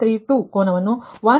532 ಕೋನವನ್ನು 183